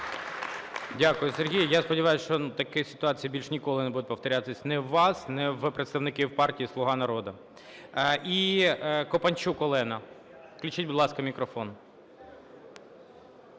Дякую, Сергію. Я сподіваюсь, що такі ситуації більше ніколи не будуть повторюватись ні у вас, ні в представників партії "Слуга народу". І Копанчук Олена. Включіть, будь ласка, мікрофон.